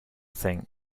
think